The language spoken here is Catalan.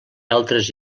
altres